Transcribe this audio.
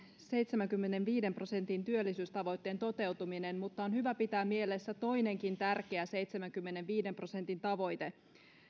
seitsemänkymmenenviiden prosentin työllisyystavoitteen toteutuminen mutta on hyvä pitää mielessä toinenkin tärkeä seitsemänkymmenenviiden prosentin tavoite